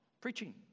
preaching